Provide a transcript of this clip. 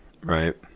Right